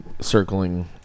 circling